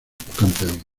campeón